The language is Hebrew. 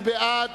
מי בעד?